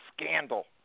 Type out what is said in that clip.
scandal